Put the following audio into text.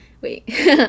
Wait